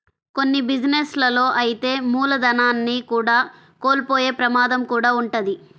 కొన్ని బిజినెస్ లలో అయితే మూలధనాన్ని కూడా కోల్పోయే ప్రమాదం కూడా వుంటది